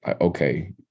okay